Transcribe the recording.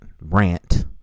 rant